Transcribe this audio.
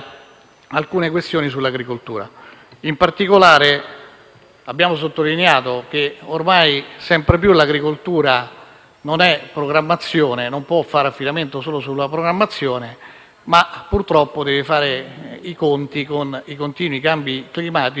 abbiamo sottolineato che ormai, sempre più, l'agricoltura non può fare affidamento solo sulla programmazione ma, purtroppo, deve fare i conti con i continui cambi climatici che creano non pochi problemi ai nostri agricoltori.